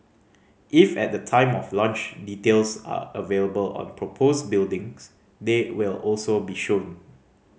if at the time of launch details are available on proposed buildings they will also be shown